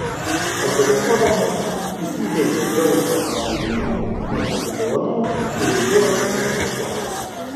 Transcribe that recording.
atsidėkodamas jis įteikė dzeuso amono žyniui nuostabių dovanų ir išėjo iš tvirtovės